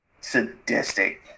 sadistic